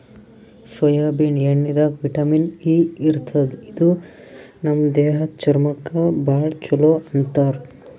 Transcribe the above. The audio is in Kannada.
ಸೊಯಾಬೀನ್ ಎಣ್ಣಿದಾಗ್ ವಿಟಮಿನ್ ಇ ಇರ್ತದ್ ಇದು ನಮ್ ದೇಹದ್ದ್ ಚರ್ಮಕ್ಕಾ ಭಾಳ್ ಛಲೋ ಅಂತಾರ್